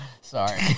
Sorry